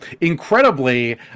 Incredibly